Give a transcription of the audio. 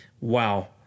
Wow